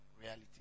reality